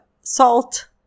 salt